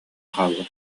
хаалла